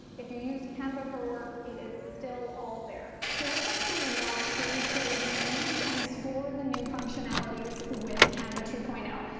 if you used canva for work, it is still all there. so let's actually walk through creating an image and explore the new functionalities with canva two point zero.